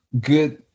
Good